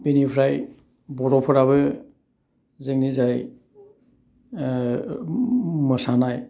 बेनिफ्राय बर'फोराबो जोंनि जाय मोसानाय